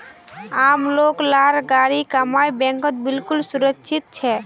आम लोग लार गाढ़ी कमाई बैंकत बिल्कुल सुरक्षित छेक